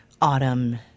autumn